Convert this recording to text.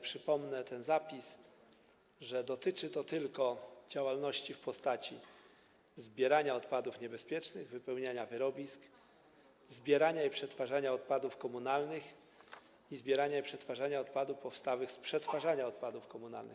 Przypomnę ten zapis, że dotyczy to tylko działalności w postaci zbierania odpadów niebezpiecznych, wypełniania wyrobisk, zbierania i przetwarzania odpadów komunalnych i zbierania i przetwarzania odpadów powstałych z przetwarzania odpadów komunalnych.